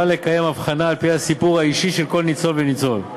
לקיים הבחנה על-פי הסיפור האישי של כל ניצול וניצול,